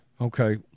okay